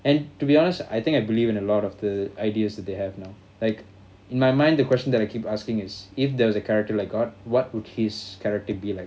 and to be honest I think I believe in a lot of the ideas that they have now like in my mind the question that I keep asking is if there was a character like god what would his character be like